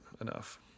enough